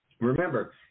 Remember